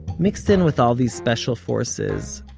mixed in with all these special forces,